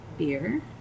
Beer